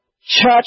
Church